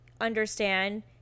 understand